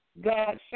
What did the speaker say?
God